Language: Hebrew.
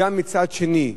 מצד שני,